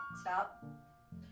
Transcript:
stop